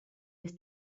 his